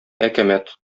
әкәмәт